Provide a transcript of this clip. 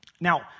Now